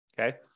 Okay